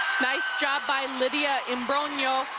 nice job by lydia imbrogno.